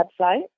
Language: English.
website